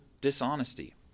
dishonesty